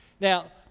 Now